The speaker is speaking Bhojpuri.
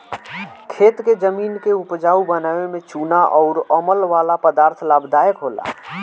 खेत के जमीन के उपजाऊ बनावे में चूना अउर अमल वाला पदार्थ लाभदायक होला